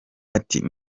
ati